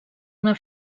una